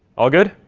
all good?